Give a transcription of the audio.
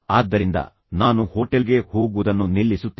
ಆದ್ದರಿಂದ ನಾನು ಹೋಟೆಲ್ಗೆ ಹೋಗುವುದನ್ನು ನಿಲ್ಲಿಸುತ್ತೇನೆ